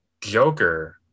Joker